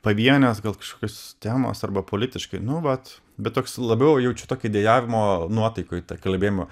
pavienės gal kažkokios temos arba politiškai nu vat bet toks labiau jaučiu tokį dejavimo nuotaikoj tą kalbėjimą